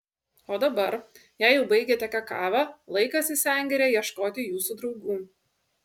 o dabar jei jau baigėte kakavą laikas į sengirę ieškoti jūsų draugų